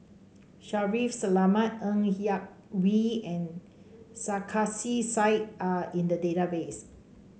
Shaffiq Selamat Ng Yak Whee and Sarkasi Said are in the database